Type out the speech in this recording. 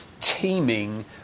teeming